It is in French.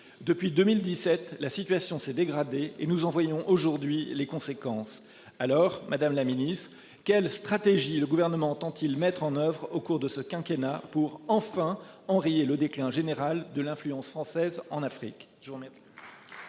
depuis 2017, la situation s'est dégradée et nous envoyons aujourd'hui les conséquences. Alors Madame la Ministre quelles stratégies. Le gouvernement entend-il, mettre en oeuvre au cours de ce quinquennat pour enfin enrayer le déclin général de l'influence française en Afrique